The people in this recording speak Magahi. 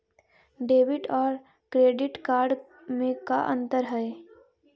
डेबिट और क्रेडिट कार्ड में का अंतर हइ?